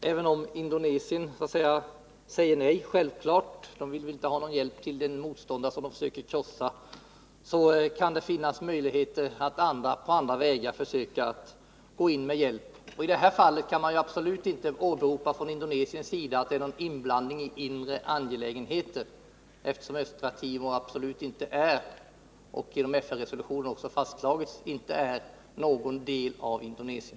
Även om Indonesien självklart säger nej — de vill ju inte ha någon hjälp till en motståndare som de försöker krossa — kan det finnas möjligheter att på andra vägar gå in med hjälp. Och i det här fallet kan man absolut inte från Indonesiens sida åberopa att det skulle vara någon inblandning i inre angelägenheter. Det har ju genom en FN-resolution fastslagits att Östra Timor inte är en del av Indonesien.